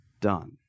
done